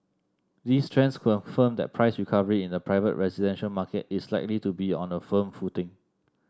these trends confirm that price recovery in the private residential market is likely to be on a firm footing